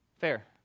fair